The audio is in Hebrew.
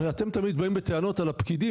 הרי אתם תמיד באים בטענות על הפקידים,